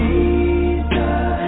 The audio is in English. Jesus